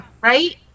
right